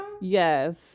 yes